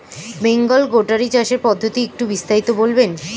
Bengal goatery চাষের পদ্ধতি একটু বিস্তারিত বলবেন?